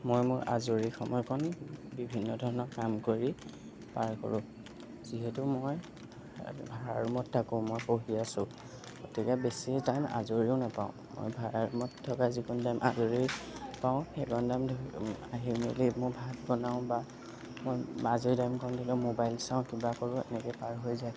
মই মোৰ আজৰি সময়কণ বিভিন্ন ধৰণৰ কাম কৰি পাৰ কৰোঁ যিহেতু মই ভাড়া ৰুমত থাকোঁ মই পঢ়ি আছো গতিকে বেছি টাইম আজৰিও নাপাওঁ মই ভাড়া ৰুমত থকা যিকণ টাইম আজৰি পাওঁ সেইকণ টাইম আহি মেলি মোৰ ভাত বনাওঁ বা মই আজৰি টাইমকণ ধৰি লওক ম'বাইল চাওঁ কিবা কৰোঁ এনেকৈয়ে পাৰ হৈ যায়